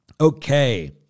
Okay